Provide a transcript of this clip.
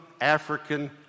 African